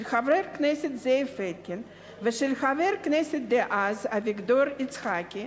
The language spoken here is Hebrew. של חבר הכנסת זאב אלקין ושל חבר הכנסת דאז אביגדור יצחקי,